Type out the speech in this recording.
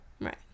Right